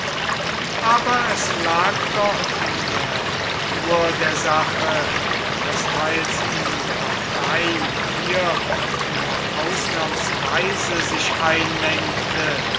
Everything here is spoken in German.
aber es lag doch in der natur der sache daß teils die partei hier nur ausnahmsweise sich einmengte